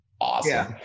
awesome